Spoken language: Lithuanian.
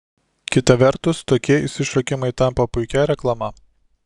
kita vertus tokie išsišokimai tampa puikia reklama